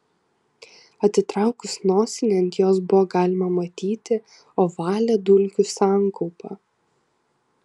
atitraukus nosinę ant jos buvo galima matyti ovalią dulkių sankaupą